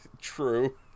True